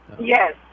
Yes